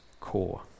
core